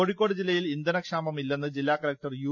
കോഴിക്കോട് ജില്ലയിൽ ഇന്ധന ക്ഷാമമില്ലെന്ന് ജില്ലാ കലക്ടർ യു